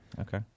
Okay